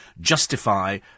justify